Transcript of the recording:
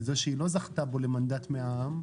בזה שהיא לא זכתה בו למנדט מהעם,